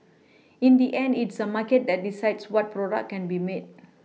in the end it's a market that decides what product can be made